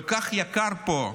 כל כך יקר פה,